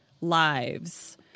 lives